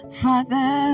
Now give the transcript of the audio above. father